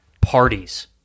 parties